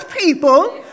people